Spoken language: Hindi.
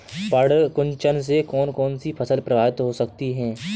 पर्ण कुंचन से कौन कौन सी फसल प्रभावित हो सकती है?